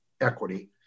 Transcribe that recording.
equity